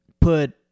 put